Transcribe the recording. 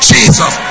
Jesus